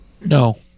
no